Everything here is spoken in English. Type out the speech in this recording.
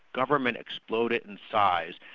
government exploded in size,